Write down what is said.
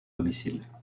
domicile